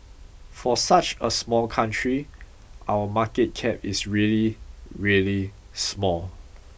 for such a small country our market cap is really really small